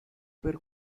per